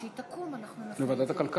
אוקיי,